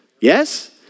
Yes